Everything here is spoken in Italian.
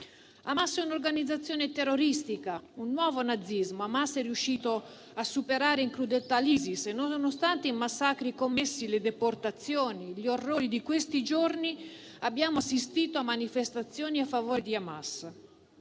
Hamas è un'organizzazione terroristica, un nuovo nazismo ed è riuscita a superare in crudeltà l'ISIS. E nonostante i massacri commessi, le deportazioni e gli orrori di questi giorni, abbiamo assistito a manifestazioni a favore di Hamas: